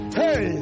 hey